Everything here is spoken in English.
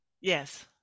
Yes